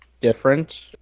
different